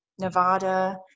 Nevada